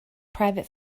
private